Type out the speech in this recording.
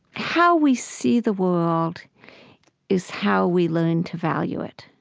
how we see the world is how we learn to value it.